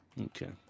Okay